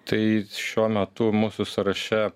tai šiuo metu mūsų sąraše